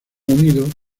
unido